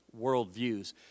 worldviews